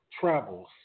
travels